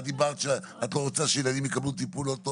את דיברת שאת לא רוצה שילדים יקבלו טיפול לא טוב,